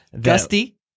Gusty